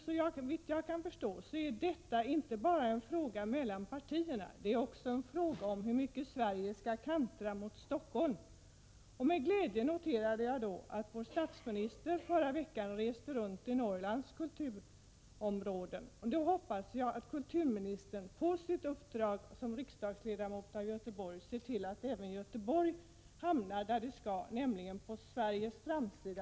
Såvitt jag kan förstå är detta inte bara en fråga mellan partierna utan också en fråga om hur mycket verksamhet i Sverige som skall koncentreras till Stockholm. Jag har därför med glädje noterat att vår statsminister i förra veckan reste runt bland kulturorterna i Norrland. Jag hoppas att kulturministern ilinje med sitt uppdrag som riksdagsledamot för Göteborg skall se till att Göteborg även kulturellt hamnar där det skall ligga, nämligen på Sveriges framsida.